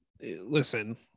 listen